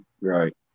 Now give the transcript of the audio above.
Right